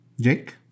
Jake